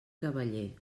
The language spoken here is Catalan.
cavaller